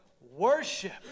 worship